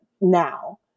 now